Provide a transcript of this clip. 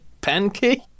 pancake